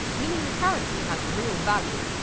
meaning the currency has real value.